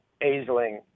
Aisling